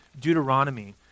Deuteronomy